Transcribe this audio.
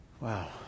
Wow